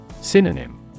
Synonym